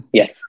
yes